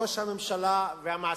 ראש הממשלה והמעסיקים,